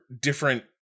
different